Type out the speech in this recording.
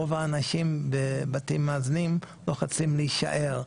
רוב האנשים בבתים מאזנים לוחצים להישאר,